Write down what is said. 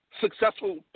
successful